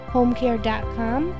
homecare.com